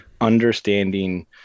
understanding